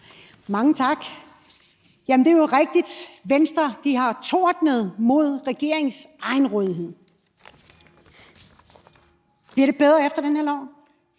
Mange tak. Jamen det er jo rigtigt, at Venstre har tordnet mod regeringens egenrådighed. Bliver det bedre efter den her lov?